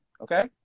okay